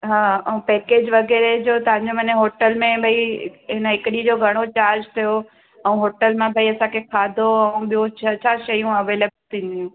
हा ऐं पेकेज वग़ैरह जो तव्हांजो माने होटल में भाई हिन हिकु ॾींहं जो घणो चार्ज थियो ऐं होटल मां भाई असांखे खाधो ऐं ॿियो छा छा शयूं अवेलेबल थींदियूं